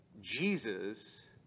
Jesus